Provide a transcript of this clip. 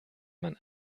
man